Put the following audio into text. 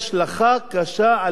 אבל יותר מזה, אדוני היושב-ראש,